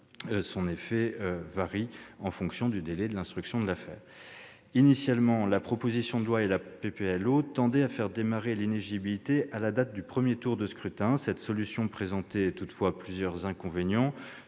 à l'autre, en fonction du délai d'instruction de l'affaire. Initialement, la proposition de loi et la proposition de loi organique tendaient à faire démarrer l'inéligibilité à la date du premier tour de scrutin. Cette solution présentait toutefois plusieurs inconvénients.